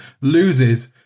loses